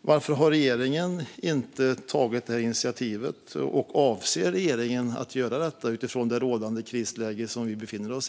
Varför har regeringen inte tagit något sådant initiativ, och avser regeringen att göra detta utifrån det krisläge vi befinner oss i?